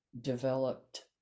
developed